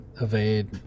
evade